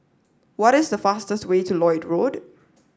what is the fastest way to Lloyd Road